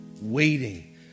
waiting